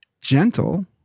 gentle